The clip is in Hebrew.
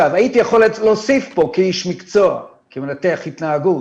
הייתי יכול להוסיף פה, כאיש מקצוע, כמנתח התנהגות,